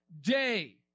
day